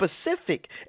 specific